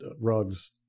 rugs